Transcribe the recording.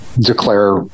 declare